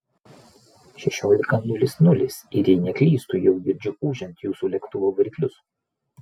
šešiolika nulis nulis ir jei neklystu jau girdžiu ūžiant jūsų lėktuvo variklius